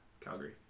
Calgary